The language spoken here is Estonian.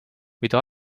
mida